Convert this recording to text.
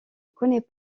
connaît